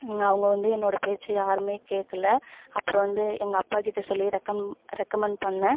அவங்க வந்து என்னோடய பேச்சை யாருமே கேட்கல அப்புறம் வந்து எங்கள் அப்பாக்கிட்ட சொல்லி ரெக்கமண்ட் ரெக்கமண்ட் பண்ணேன்